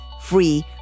free